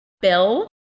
bill